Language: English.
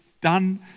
Done